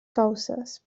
causes